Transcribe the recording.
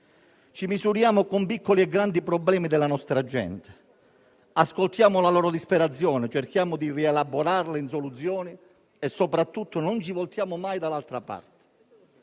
Ci misuriamo con piccoli e grandi problemi della nostra gente, ascoltiamo la loro disperazione, cerchiamo di rielaborarla in soluzioni e, soprattutto, non ci voltiamo mai dall'altra parte.